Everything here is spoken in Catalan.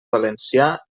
valencià